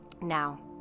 Now